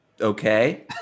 Okay